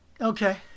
Okay